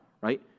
right